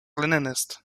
leninist